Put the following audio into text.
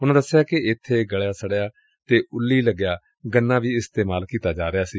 ਉਨੂਂ ਦਸਿਆ ਕਿ ਇੱਬੇ ਗਲਿਆ ਸੜਿਆ ਅਤੇ ਉੱਲੀ ਲਗਿਆ ਗੰਨਾ ਵੀ ਇਸਤੇਮਾਲ ਕੀਤਾ ਜਾ ਰਿਹਾ ਸੀ